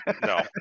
no